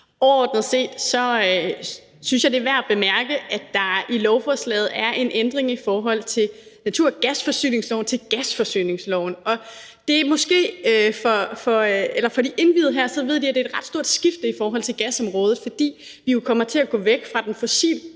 Overordnet set synes jeg, det er værd at bemærke, at der i lovforslaget er en navneændring fra naturgasforsyningsloven til gasforsyningsloven. De indviede her ved, at det er et ret stort skifte i forhold til gasområdet, fordi vi jo kommer til at gå væk var den fossilt